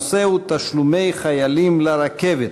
הנושא הוא: תשלומי חיילים לרכבת.